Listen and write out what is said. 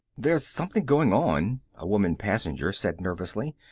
there's something going on, a woman passenger said nervously.